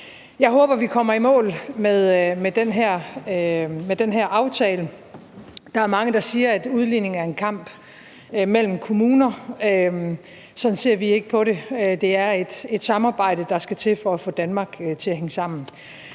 Jeg håber, vi kommer i mål med den her aftale. Der er mange, der siger, at udligning er en kamp mellem kommuner. Sådan ser vi ikke på det. Det er et samarbejde, der skal til for at få Danmark til at hænge sammen.